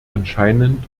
anscheinend